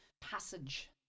passage